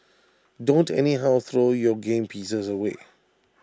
don't anyhow throw your game pieces away